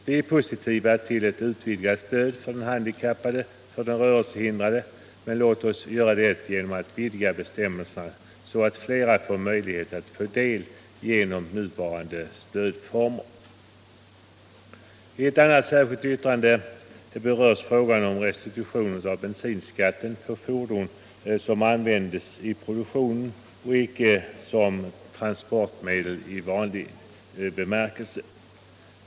Vi är positiva till ett utvidgat stöd för handikappade och rörelsehindrade, men låt oss ge dem detta genom att vidga bestämmelserna så att flera kan få del av det nuvarande stödet. I ett annat särskilt yttrande berörs frågan om restitution av bensinskatten på fordon som används i produktionen och inte som transportmedel i vanlig mening.